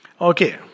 Okay